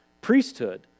priesthood